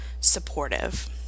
supportive